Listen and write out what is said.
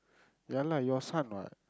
ya lah your son what